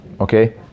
Okay